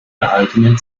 erhaltenen